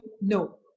No